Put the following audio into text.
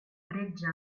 bretxa